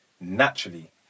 naturally